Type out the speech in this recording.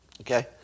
Okay